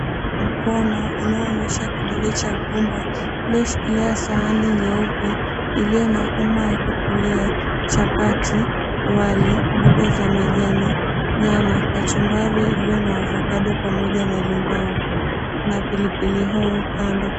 Mkono unaoonesha kidole cha gumba ulio shikilia sahani nyeupe ilio na uma ya kukulia chapati, wali, mboga za majani, nyama, kachumbari ilo na ovacado pamoja na limau na pilipili hoho kando.